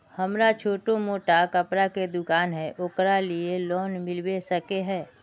हमरा छोटो मोटा कपड़ा के दुकान है ओकरा लिए लोन मिलबे सके है?